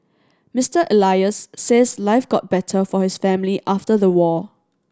Mister Elias says life got better for his family after the war